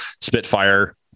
Spitfire